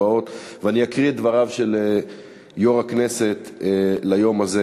אני אקריא את דבריו של יו"ר הכנסת ליום זה.